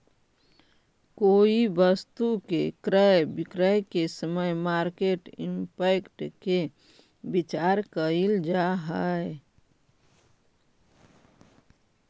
कोई वस्तु के क्रय विक्रय के समय मार्केट इंपैक्ट के विचार कईल जा है